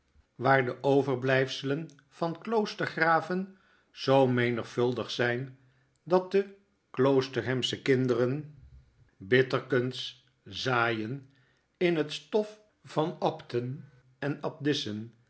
waar de overblyfselen van kloostergraven zoo menigvuldig zp dat de kloosterhamsche kinderen bitterkers zaaien in hetstof vanabten en abdissen en